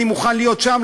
אני מוכן להיות שם,